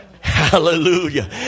Hallelujah